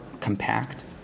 compact